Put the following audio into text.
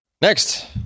Next